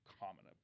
common